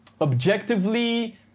objectively